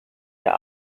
der